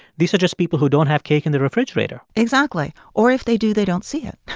these are just people who don't have cake in the refrigerator exactly. or if they do, they don't see it.